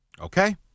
Okay